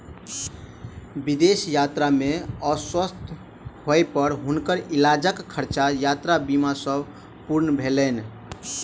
विदेश यात्रा में अस्वस्थ होय पर हुनकर इलाजक खर्चा यात्रा बीमा सॅ पूर्ण भेलैन